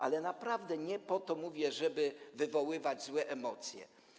Ale naprawdę nie po to to mówię, żeby wywoływać złe emocje.